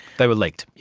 they were leaked.